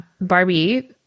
Barbie